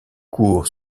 cours